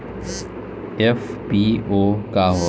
FPO का ह?